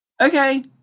okay